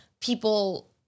people